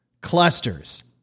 Clusters